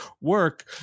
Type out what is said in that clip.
work